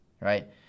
right